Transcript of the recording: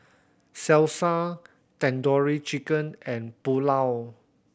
Salsa Tandoori Chicken and Pulao